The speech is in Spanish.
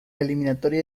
eliminatoria